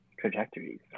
trajectories